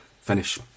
finish